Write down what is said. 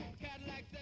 Cadillac